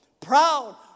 proud